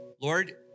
Lord